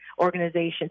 Organization